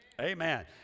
Amen